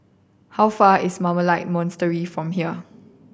how far is Carmelite Monastery from here